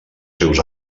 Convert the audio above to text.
seus